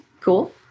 Cool